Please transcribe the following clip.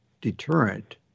deterrent